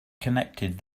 connected